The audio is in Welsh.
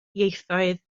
ieithoedd